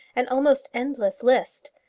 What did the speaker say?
an almost endless list,